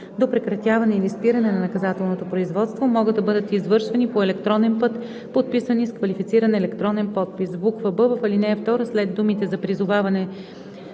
до прекратяване или спиране на наказателното производство, могат да бъдат извършвани по електронен път, подписани с квалифициран електронен подпис.“; б) в ал. 2 след думите „за призоваване